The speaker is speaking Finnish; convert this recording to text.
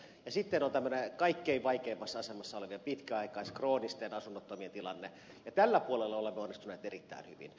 sitten on tämmöinen kaikkein vaikeimmassa asemassa olevien pitkäaikaisesti kroonisesti asunnottomien tilanne ja tällä puolella olemme onnistuneet erittäin hyvin